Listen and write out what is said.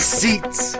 seats